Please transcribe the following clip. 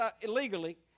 illegally